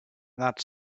that